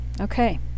Okay